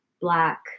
black